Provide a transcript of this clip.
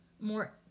more